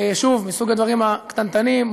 שוב, מסוג הדברים הקטנטנים.